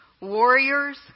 warriors